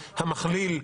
המכליל,